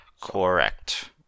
Correct